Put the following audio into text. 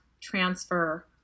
transfer